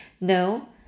No